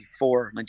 1994